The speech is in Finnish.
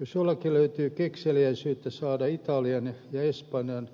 jos jollakin löytyy kekseliäisyyttä saada italian ja espanjan